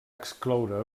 excloure